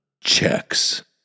checks